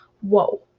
Whoa